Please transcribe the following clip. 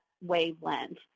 wavelength